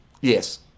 Yes